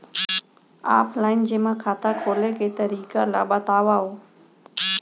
Offline जेमा खाता खोले के तरीका ल बतावव?